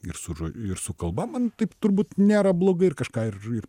ir surui ir su kalba man taip turbūt nėra blogai ir kažką ir ir